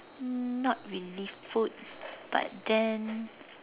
not really food but then